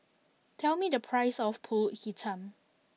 tell me the price of Pulut Hitam